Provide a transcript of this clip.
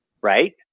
Right